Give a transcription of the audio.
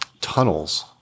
tunnels